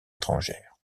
étrangères